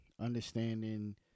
understanding